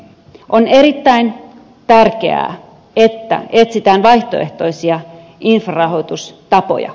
on erittäin tärkeää että etsitään vaihtoehtoisia infrarahoitustapoja